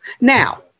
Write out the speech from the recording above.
Now